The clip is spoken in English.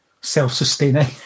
self-sustaining